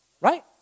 right